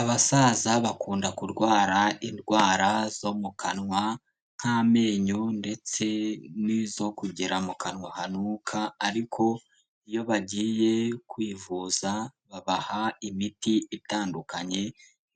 Abasaza bakunda kurwara indwara zo mu kanwa nk'amenyo ndetse n'izo kugera mu kanwa hanuka, ariko iyo bagiye kwivuza babaha imiti itandukanye